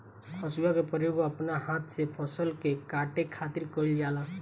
हसुआ के प्रयोग अपना हाथ से फसल के काटे खातिर कईल जाला